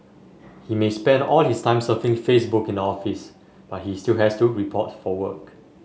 he may spend all his time surfing Facebook in the office but he still has to report for work